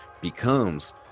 becomes